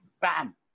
Bam